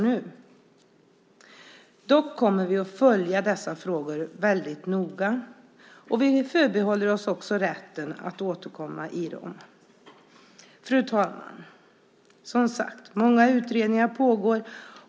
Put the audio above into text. Vi kommer dock att följa dessa frågor väldigt noga, och vi förbehåller oss också rätten att återkomma till dem. Fru talman! Många utredningar pågår, som sagt.